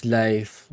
life